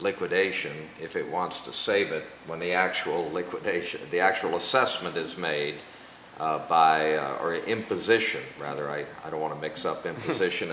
liquidation if it wants to save it when the actual liquidation the actual assessment is made by or imposition rather i don't want to mix up in